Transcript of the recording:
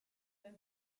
dann